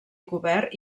cobert